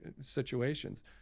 situations